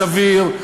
סביר,